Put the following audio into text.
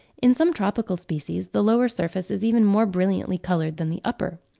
in some tropical species the lower surface is even more brilliantly coloured than the upper.